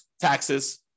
taxes